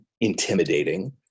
intimidating